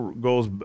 goes